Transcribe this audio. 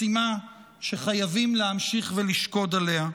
משימה שחייבים להמשיך ולשקוד עליה,